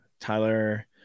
Tyler